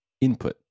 input